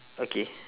okay